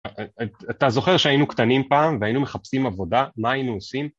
אתה זוכר שהיינו קטנים פעם והיינו מחפשים עבודה? מה היינו עושים?